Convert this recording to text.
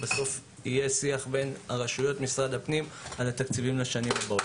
בסוף יהיה שיח בין הרשויות ומשרד הפנים על התקציב לשנים הבאות,